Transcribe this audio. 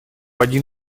один